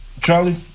Charlie